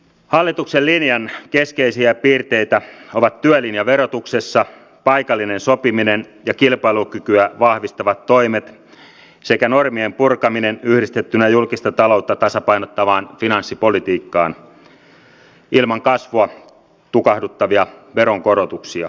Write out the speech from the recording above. hallituksen linjan keskeisiä piirteitä ovat työlinja verotuksessa paikallinen sopiminen ja kilpailukykyä vahvistavat toimet sekä normien purkaminen yhdistettynä julkista taloutta tasapainottavaan finanssipolitiikkaan ilman kasvua tukahduttavia veronkorotuksia